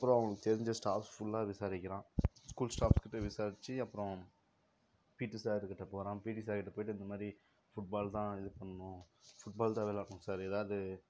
அப்புறம் அவனுக்கு தெரிஞ்ச ஸ்டாஃப்ஸ் ஃபுல்லா விசாரிக்கிறான் ஸ்கூல் ஸ்டாஃப்கிட்ட விசாரித்து அப்புறம் பிடி சார்கிட்ட போகிறான் பிடி சார்கிட்ட போயிட்டு இந்தமாதிரி ஃபுட்பால் தான் இது பண்ணணும் ஃபுட்பால் தான் விளையாடணும் சார் எதாவது